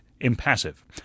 impassive